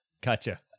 Gotcha